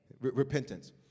Repentance